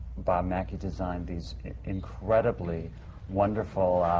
bob mackie designed these incredibly wonderful